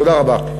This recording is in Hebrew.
תודה רבה.